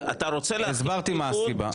הסברתי מה הסיבה.